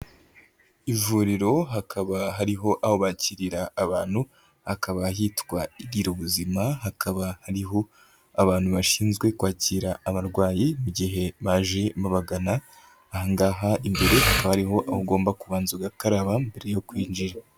Ivuriro hakaba hariho aho bakirira abantu, hakaba hitwa gira ubuzima hakaba hariho abantu bashinzwe kwakira abarwayi mu igihe baje babagana, aha ngaha imbere hakaba hariho aho ugomba kubanza ugakaraba mbere yo kwinjira.